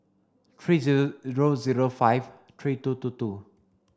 three zero zero zero five three two two two